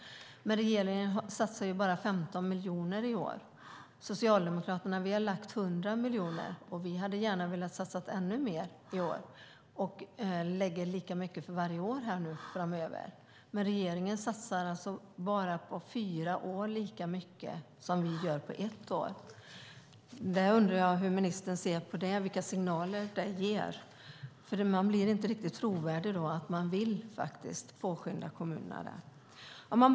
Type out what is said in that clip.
Regeringen satsar dock bara 15 miljoner i år. Socialdemokraterna har lagt 100 miljoner, och vi hade gärna velat satsa ännu mer i år. Vi lägger lika mycket för varje år framöver, men regeringen satsar alltså bara så mycket på fyra år som vi gör på ett år. Jag undrar hur ministern ser på det och vilka signaler det ger. Det blir nämligen inte riktigt trovärdigt att man vill påskynda kommunerna.